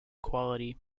quality